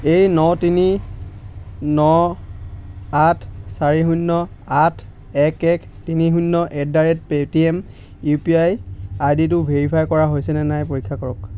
এই ন তিনি ন আঠ চাৰি শূন্য আঠ এক এক তিনি শূন্য at the rate Paytm UPI আইডিটো ভেৰিফাই কৰা হৈছেনে নাই পৰীক্ষা কৰক